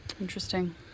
Interesting